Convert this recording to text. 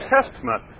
Testament